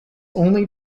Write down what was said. only